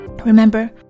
Remember